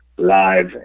live